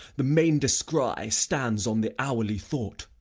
the main descry stands on the hourly thought.